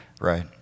right